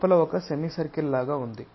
లోపల ఒక semicircle లాగా ఉంది